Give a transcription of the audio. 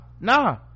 Nah